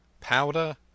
Powder